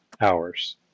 hours